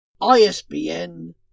ISBN